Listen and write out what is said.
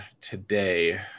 today